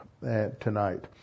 tonight